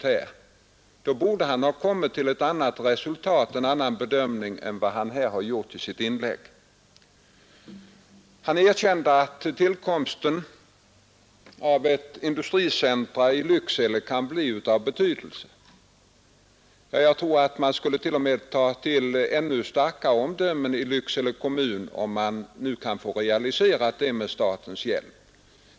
I så fall borde han ha kommit till en annan bedömning än han nu gjorde i sitt inlägg. Han erkände att tillkomsten av ett industricentrum i Lycksele kan bli av viss betydelse. Jag tror att man kommer att ta till ännu starkare ord i Lycksele kommun, om detta projekt nu kan realiseras med statens hjälp.